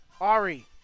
Ari